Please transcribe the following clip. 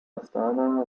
astana